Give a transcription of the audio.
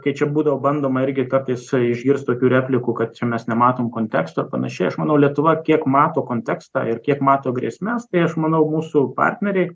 kai čia būdavo bandoma irgi kartais išgirst tokių replikų kad čia mes nematom konteksto ar panašiai aš manau lietuva kiek mato kontekstą ir kiek mato grėsmes tai aš manau mūsų partneriai